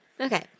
Okay